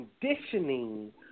conditioning